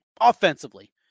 offensively